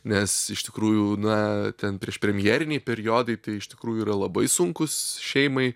nes iš tikrųjų na ten priešpremjeriniai periodai tai iš tikrųjų yra labai sunkūs šeimai